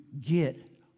get